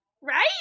right